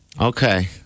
Okay